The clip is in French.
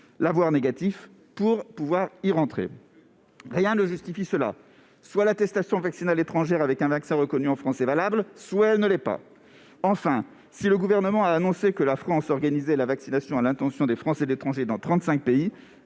négatif devra alors être présenté ! Rien ne justifie cela : soit l'attestation vaccinale étrangère avec un vaccin reconnu en France est valable, soit elle ne l'est pas ! Enfin, si le Gouvernement a annoncé que la France organisait la vaccination à l'attention des Français de l'étranger dans